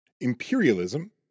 imperialism